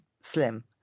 slim